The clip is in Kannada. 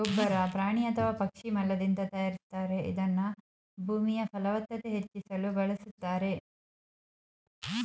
ಗೊಬ್ಬರ ಪ್ರಾಣಿ ಅಥವಾ ಪಕ್ಷಿ ಮಲದಿಂದ ತಯಾರಿಸ್ತಾರೆ ಇದನ್ನ ಭೂಮಿಯಫಲವತ್ತತೆ ಹೆಚ್ಚಿಸಲು ಬಳುಸ್ತಾರೆ